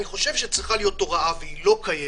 אני חושב שצריכה להיות הוראה והיא לא קיימת,